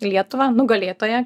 į lietuvą nugalėtoja